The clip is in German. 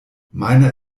meiner